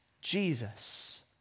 Jesus